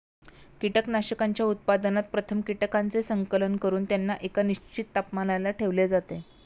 कीटकांच्या उत्पादनात प्रथम कीटकांचे संकलन करून त्यांना एका निश्चित तापमानाला ठेवले जाते